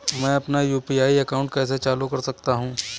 मैं अपना UPI account कैसे चालू कर सकता हूँ?